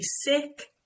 sick